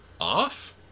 off